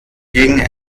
ging